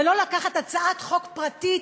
ולא לקחת הצעת חוק פרטית,